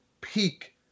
peak